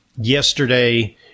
yesterday